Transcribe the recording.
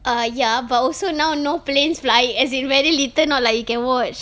uh ya but also now no planes fly as in very little not like you can watch